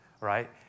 right